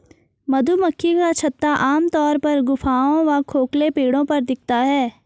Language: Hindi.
मधुमक्खी का छत्ता आमतौर पर गुफाओं व खोखले पेड़ों पर दिखता है